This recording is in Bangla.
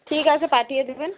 ঠিক আছে পাঠিয়ে দেবেন